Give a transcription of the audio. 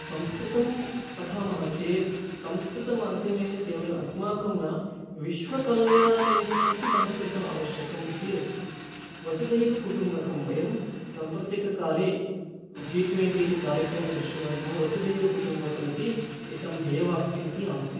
संस्कृतं पठामः चेत् संस्कृतमाध्यमेन केवलम् अस्माकं न विश्वकल्याणनिमित्तं संस्कृतम् आवश्यकम् इति अस्ति वसुधैव कुटुम्बकं वयं साम्प्रतिककाले जी ट्वेन्टि इति कार्यक्रमे दृष्टवन्तः वसुधैव कुटुम्बकम् इति तेषां ध्येयवाक्यम् इति आसीत्